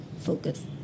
Focus